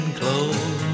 clothes